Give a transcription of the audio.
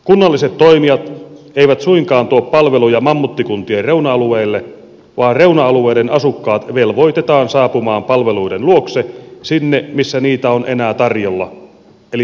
kunnalliset toimijat eivät suinkaan tuo palveluja mammuttikuntien reuna alueille vaan reuna alueiden asukkaat velvoitetaan saapumaan palveluiden luokse sinne missä niitä on enää tarjolla eli mammuttikuntien kuntakeskuksiin